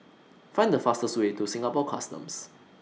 Find The fastest Way to Singapore Customs